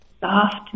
soft